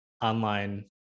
online